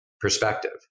perspective